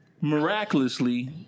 miraculously